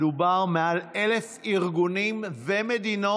מדובר על מעל 1,000 ארגונים ומדינות